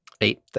Eight